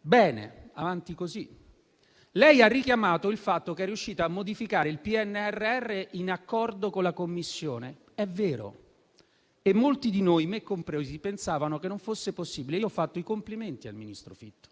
bene, avanti così. Lei, Presidente del Consiglio, ha richiamato il fatto che è riuscita a modificare il PNRR in accordo con la Commissione. È vero, e molti di noi, me compreso, pensavano che non fosse possibile. Ho fatto i complimenti al ministro Fitto.